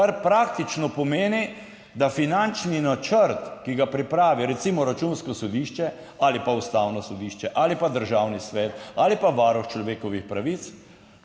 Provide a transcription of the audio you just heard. kar praktično pomeni, da finančni načrt, ki ga pripravi, recimo, Računsko sodišče ali pa Ustavno sodišče ali pa Državni svet ali pa Varuh človekovih pravic,